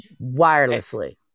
wirelessly